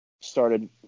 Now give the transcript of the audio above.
started